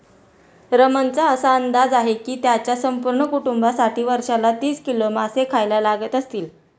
रमणचा असा अंदाज आहे की त्याच्या संपूर्ण कुटुंबासाठी वर्षाला तीस किलो मासे खायला लागत असतील